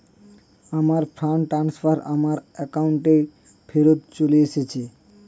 আমার fund transfer আমার অ্যাকাউন্টেই ফেরত চলে এসেছে